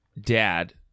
dad